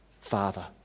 Father